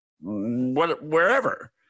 wherever